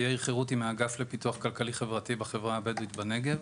יאיר חרותי מהאגף לפיתוח כלכלי-חברתי בחברה הבדואית בנגב.